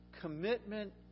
commitment